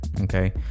okay